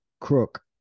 crook